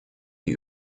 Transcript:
die